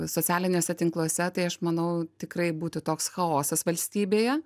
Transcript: socialiniuose tinkluose tai aš manau tikrai būtų toks chaosas valstybėje